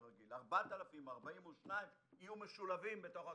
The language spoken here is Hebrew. רגיל; 4,042 יהיו משולבים בתוך הכיתות,